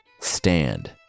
Stand